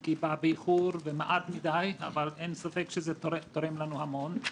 היא באה באיחור ומעט מידיי אבל אין ספק שזה תורם לנו המון.